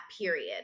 period